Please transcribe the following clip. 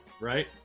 Right